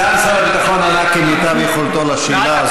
סגן שר הביטחון ענה כמיטב יכולתו על השאלה הזאת.